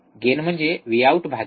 gain म्हणजे VoutVin असते